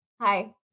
hi